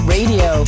Radio